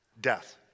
death